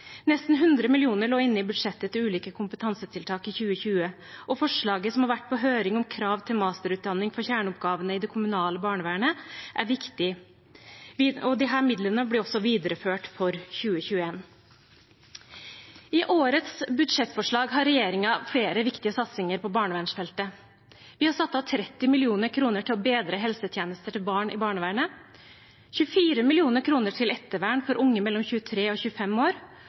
Nesten 100 mill. kr lå inne i budsjettet til ulike kompetansetiltak i 2020, og forslaget som har vært på høring om krav til masterutdanning for kjerneoppgavene i det kommunale barnevernet, er viktig. Disse midlene blir også videreført for 2021. I årets budsjettforslag har regjeringen flere viktige satsinger på barnevernsfeltet. Vi har satt av 30 mill. kr til å bedre helsetjenester til barn i barnevernet, 24 mill. kr til ettervern for unge mellom 23 og 25 år,